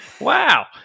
wow